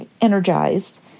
energized